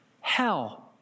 hell